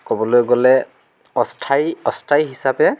ক'বলৈ গ'লে অস্থায়ী অস্থায়ী হিচাপে